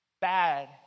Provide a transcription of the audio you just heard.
bad